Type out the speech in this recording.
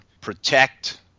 protect